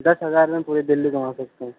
دس ہزار میں پوری دہلی گھما سکتے ہیں